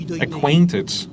acquainted